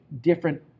different